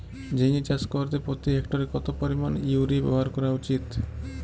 ঝিঙে চাষ করতে প্রতি হেক্টরে কত পরিমান ইউরিয়া ব্যবহার করা উচিৎ?